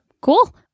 Cool